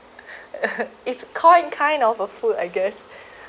it's kind kind of a food I guess